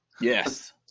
Yes